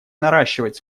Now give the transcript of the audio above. наращивать